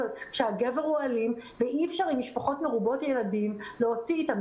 כשהגבר הוא אלים ואי אפשר במשפחות מרובות ילדים להוציא אותם?